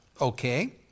Okay